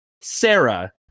sarah